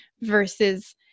versus